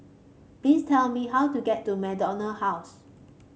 please tell me how to get to MacDonald House